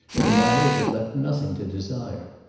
in a manner that left nothing to desire.